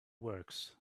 works